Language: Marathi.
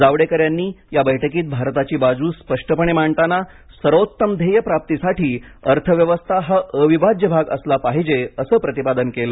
जावडेकर यांनी या बैठकीत भारताची बाजू स्पष्टपणे मांडताना सर्वोत्तम ध्येय प्राप्तीसाठी अर्थव्यवस्था हा अविभाज्य भाग असला पाहिजे असं प्रतिपादन केलं